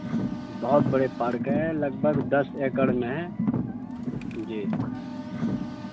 بہت بڑے پارک ہیں لگ بھگ دس ایکر میں ہیں جی